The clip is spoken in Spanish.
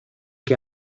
que